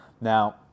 Now